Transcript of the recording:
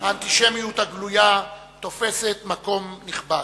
האנטישמיות הגלויה תופסת מקום נכבד.